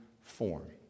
form